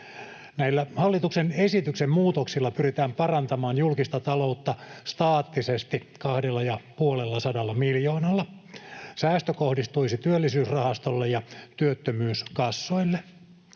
hallituksen esityksen muutoksilla pyritään parantamaan julkista taloutta staattisesti 250 miljoonalla. Säästö kohdistuisi Työllisyysrahastolle ja työttömyyskassoille.